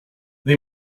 they